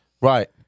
Right